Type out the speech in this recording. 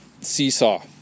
seesaw